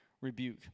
rebuke